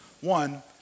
One